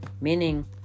meaning